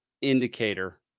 indicator